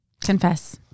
Confess